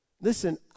listen